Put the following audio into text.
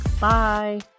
Bye